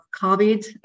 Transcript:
COVID